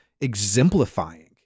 exemplifying